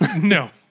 No